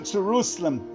Jerusalem